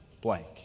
blank